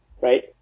Right